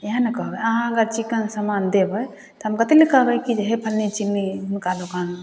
इएह ने कहबै अहाँ हमरा चिक्कन समान देबै तऽ हम कथीलए कहबै कि हे फल्लीं चिल्लीं हुनका दोकान